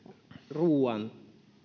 ruoan